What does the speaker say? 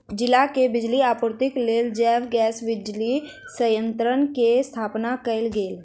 जिला के बिजली आपूर्तिक लेल जैव गैस बिजली संयंत्र के स्थापना कयल गेल